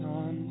on